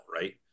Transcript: right